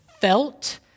felt